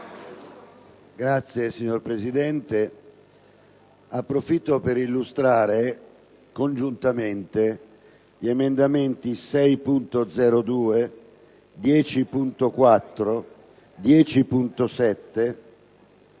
*(PdL)*. Signor Presidente, approfitto per illustrare congiuntamente gli emendamenti 6.0.2, 10.4, 10.7